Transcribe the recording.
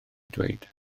dweud